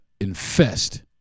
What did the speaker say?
infest